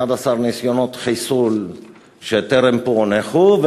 על 11 ניסיונות חיסול שטרם פוענחו,